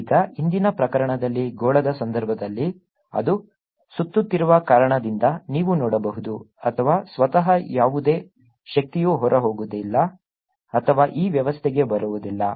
ಈಗ ಹಿಂದಿನ ಪ್ರಕರಣದಲ್ಲಿ ಗೋಳದ ಸಂದರ್ಭದಲ್ಲಿ ಅದು ಸುತ್ತುತ್ತಿರುವ ಕಾರಣದಿಂದ ನೀವು ನೋಡಬಹುದು ಅಥವಾ ಸ್ವತಃ ಯಾವುದೇ ಶಕ್ತಿಯು ಹೊರಹೋಗುವುದಿಲ್ಲ ಅಥವಾ ಈ ವ್ಯವಸ್ಥೆಗೆ ಬರುವುದಿಲ್ಲ